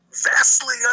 vastly